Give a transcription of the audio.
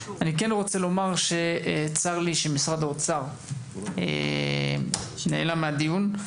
אני רוצה לומר שצר לי שמשרד האוצר נעלם מהדיון.